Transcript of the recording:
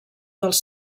dels